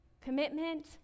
commitment